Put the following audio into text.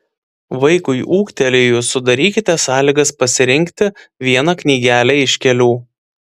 vaikui ūgtelėjus sudarykite sąlygas pasirinkti vieną knygelę iš kelių